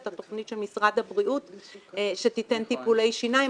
התכנית של משרד הבריאות שתיתן טיפול שיניים,